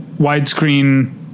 widescreen